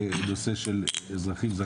נושא של אזרחים.